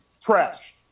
Trash